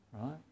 Right